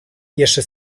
jeszcze